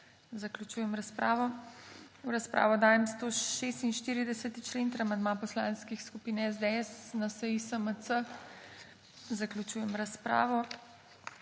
Zaključujem razpravo. V razpravo dajem 146. člen ter amandma poslanskih skupin SDS, NSi, SMC. Zaključujem razpravo.